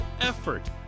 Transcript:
effort